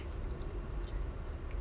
I need to speak in chinese